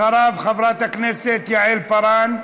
אחריו, חברת הכנסת יעל פארן.